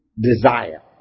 desire